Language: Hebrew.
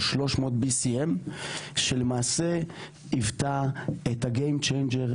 BCM300 שלמעשה היוותה את הגיים צ'יינג'ר.